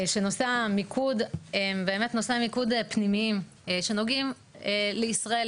נושאי המיקוד הם פנימיים שנוגעים לישראל,